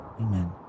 Amen